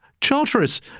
Charteris